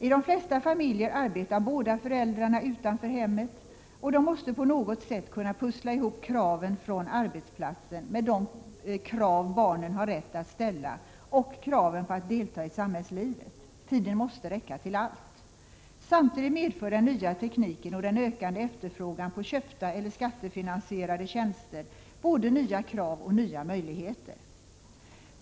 I de flesta familjer arbetar båda föräldrarna utanför hemmet, och de måste på något sätt kunna pussla ihop kraven från arbetsplatsen med de krav barnen har rätt att ställa och kraven på att delta i samhällslivet. Tiden måste räcka till allt. Samtidigt medför den nya tekniken och den ökande efterfrågan på köpta eller skattefinansierade tjänster både nya krav och nya möjligheter.